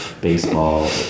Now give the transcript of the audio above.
baseball